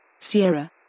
Sierra